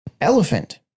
Elephant